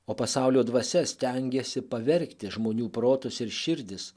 o pasaulio dvasia stengiasi pavergti žmonių protus ir širdis